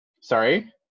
sorry